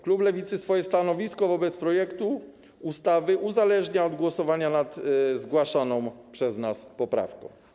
Klub Lewicy swoje stanowisko wobec projektu ustawy uzależnia od głosowania nad zgłaszaną przez nas poprawką.